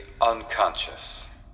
unconscious